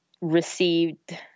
received